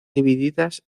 divididas